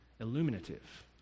illuminative